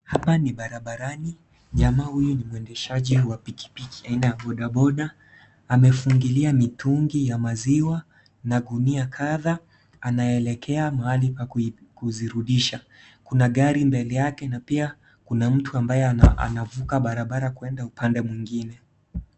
Hapa ni barabarani, jamaa huyu ni mwendeshaji wa pikipiki aina ya bodaboda, amefungilia mitungi ya maziwa na gunia kadhaa, anaelekea mahali pa kuzirudisha, kuna gari mble yake na pia kuna mtu ambaye anavuka barabara kwenda upande mwingine.